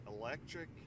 electric